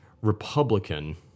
Republican